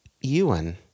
Ewan